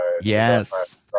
Yes